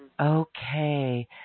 Okay